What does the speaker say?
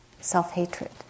self-hatred